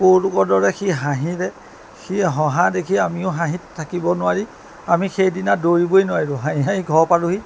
কৌতুকৰ দৰে সি হাঁহিলে সি হঁহা দেখি আমিও হাঁহিত থাকিব নোৱাৰি আমি সেইদিনা দৌৰিবই নোৱাৰিলোঁ হাঁহি হাঁহি ঘৰ পালোঁহি